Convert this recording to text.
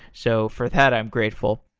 so for that, i'm grateful.